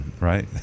right